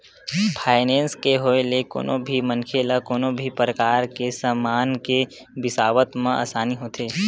finance के होय ले कोनो भी मनखे ल कोनो भी परकार के समान के बिसावत म आसानी होथे